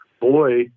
boy